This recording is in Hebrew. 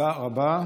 תודה רבה.